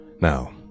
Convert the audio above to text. Now